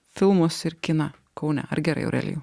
filmus ir kiną kaune ar gerai aurelijau